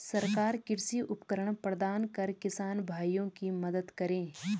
सरकार कृषि उपकरण प्रदान कर किसान भाइयों की मदद करें